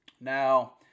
Now